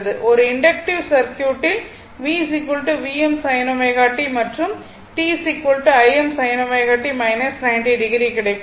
ஒரு இண்டக்ட்டிவ் சர்க்யூட்டில் V Vm sin ω t மற்றும் T Im sin ω t 90o கிடைக்கும்